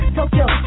Tokyo